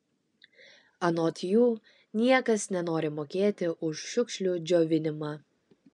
anot jų niekas nenori mokėti už šiukšlių džiovinimą